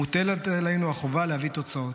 מוטלת עלינו החובה להביא תוצאות.